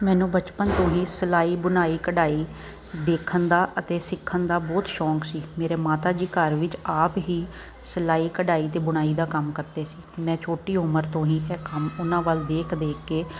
ਮੈਨੂੰ ਬਚਪਨ ਤੋਂ ਹੀ ਸਿਲਾਈ ਬੁਣਾਈ ਕਢਾਈ ਦੇਖਣ ਦਾ ਅਤੇ ਸਿੱਖਣ ਦਾ ਬਹੁਤ ਸ਼ੌਕ ਸੀ ਮੇਰੇ ਮਾਤਾ ਜੀ ਘਰ ਵਿੱਚ ਆਪ ਹੀ ਸਿਲਾਈ ਕਢਾਈ ਅਤੇ ਬੁਣਾਈ ਦਾ ਕੰਮ ਕਰਦੇ ਸੀ ਮੈਂ ਛੋਟੀ ਉਮਰ ਤੋਂ ਹੀ ਇਹ ਕੰਮ ਉਹਨਾਂ ਵੱਲ ਇੱਕ ਦੇਖ ਦੇਖ ਕੇ